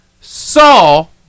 Saul